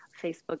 Facebook